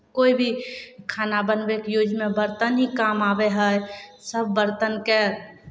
कोइ भी खाना बनबैके यूजमे बरतन ही काम आबै हइ सभ बरतनके